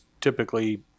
typically